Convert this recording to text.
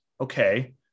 okay